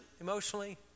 emotionally